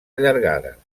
allargades